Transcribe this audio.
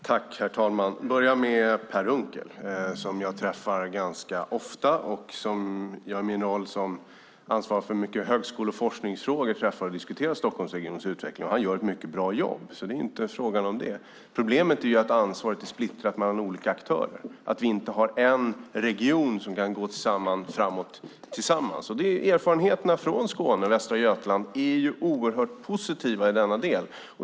Herr talman! Jag börjar med Per Unckel, som jag träffar ganska ofta. I min roll som ansvarig för högskole och forskningsfrågor träffar jag honom och diskuterar Stockholmsregionens utveckling. Han gör ett mycket bra jobb. Det är inte fråga om det. Problemet är att ansvaret är splittrat mellan olika aktörer, att vi inte har en region där alla kan gå framåt tillsammans. Erfarenheterna från Skåne och Västra Götaland är oerhört positiva i denna del.